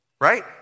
Right